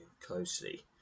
closely